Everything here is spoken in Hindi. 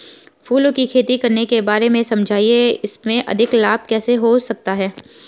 फूलों की खेती करने के बारे में समझाइये इसमें अधिक लाभ कैसे हो सकता है?